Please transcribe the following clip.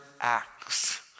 acts